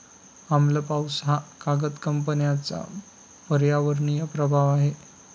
आम्ल पाऊस हा कागद कंपन्यांचा पर्यावरणीय प्रभाव आहे